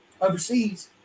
Overseas